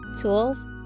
tools